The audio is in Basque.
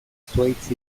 zuhaitz